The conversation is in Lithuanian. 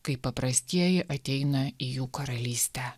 kai paprastieji ateina į jų karalystę